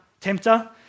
tempter